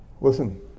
Listen